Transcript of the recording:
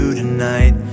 tonight